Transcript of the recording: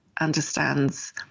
understands